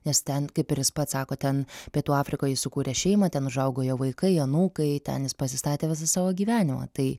nes ten kaip ir jis pats sako ten pietų afrikoj jis sukūrė šeimą ten užaugo jo vaikai anūkai ten jis pasistatė visą savo gyvenimą tai